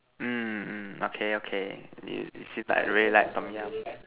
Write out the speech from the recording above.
mm mm okay okay you seem like you really like Tom-Yum